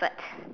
but